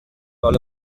all